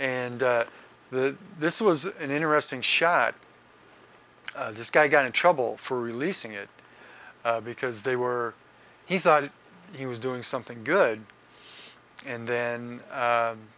and the this was an interesting shot this guy got in trouble for releasing it because they were he thought he was doing something good and then